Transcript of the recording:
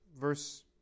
Verse